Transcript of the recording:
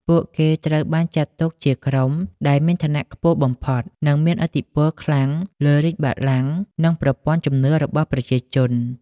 ពួកគេត្រូវបានចាត់ទុកជាក្រុមដែលមានឋានៈខ្ពស់បំផុត និងមានឥទ្ធិពលខ្លាំងលើរាជបល្ល័ង្ក និងប្រព័ន្ធជំនឿរបស់ប្រជាជន។